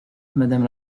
madame